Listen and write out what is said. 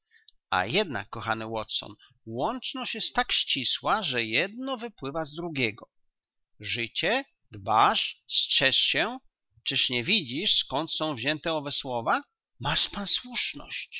a jednak kochany watson łączność jest tak ścisła że jedno wypływa z drugiego życie dbasz strzeż się czyż nie widzisz skąd są wzięte owe słowa masz pan słuszność